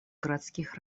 городских